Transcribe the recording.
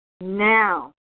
Now